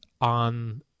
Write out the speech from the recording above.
on